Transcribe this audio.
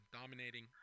dominating